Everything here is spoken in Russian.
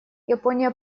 япония